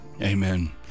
Amen